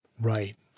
Right